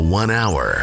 one-hour